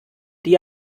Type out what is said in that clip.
die